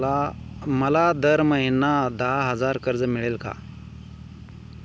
मला दर महिना दहा हजार कर्ज मिळेल का?